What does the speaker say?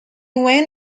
went